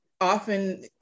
often